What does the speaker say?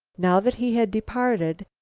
now that he had departed,